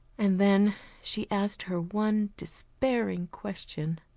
and then she asked her one despairing question